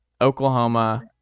Oklahoma